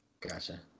Gotcha